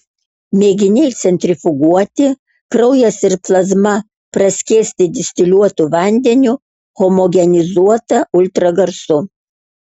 mėginiai centrifuguoti kraujas ir plazma praskiesti distiliuotu vandeniu homogenizuota ultragarsu